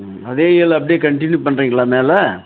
ம் அதே ஏழு அப்படியே கன்ட்டினியூ பண்ணுறீங்களா மேலே